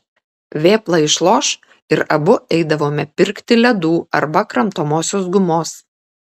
vėpla išloš ir abu eidavome pirkti ledų arba kramtomosios gumos